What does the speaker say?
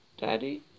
Daddy